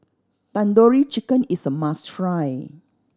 Tandoori Chicken is a must try